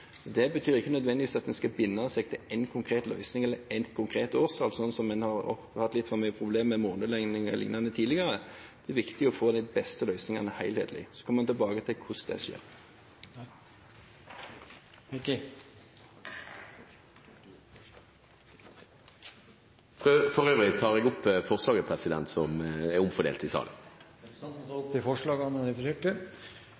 Det betyr ikke nødvendigvis at en skal binde seg til en konkret løsning eller et konkret årstall, sånn som en har hatt litt for mye problemer med tidligere, med månelanding og lignende. Det er viktig å få de beste helhetlige løsningene. Så må man komme tilbake til hvordan det skjer. Jeg tar for øvrig opp forslaget som er omdelt i salen. Representanten Heikki Eidsvoll Holmås har tatt opp det forslaget han refererte til.